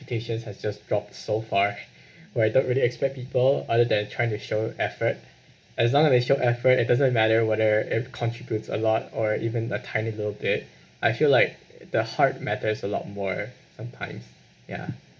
expectations has just dropped so far where I don't really expect people other than trying to show effort as long as they show effort it doesn't matter whether it contributes a lot or even a tiny little bit I feel like the heart matters a lot more sometimes ya